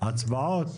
הצבעות?